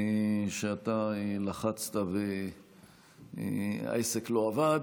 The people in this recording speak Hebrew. שאתה לחצת והעסק לא עבד.